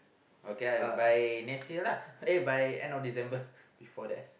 okay I by next year lah eh by end of December before that